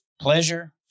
pleasure